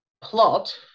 plot